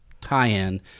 tie-in